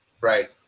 Right